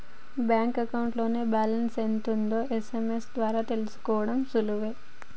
bank అకౌంట్లో balance ఎంత ఉందో ఎస్.ఎం.ఎస్ ద్వారా తెలుసుకోడం సులువే